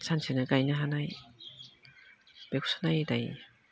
सानसेनो गायनो हानाय बेखौसो नायो दायो